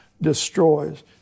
destroys